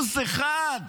ל-1%